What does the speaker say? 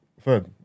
Third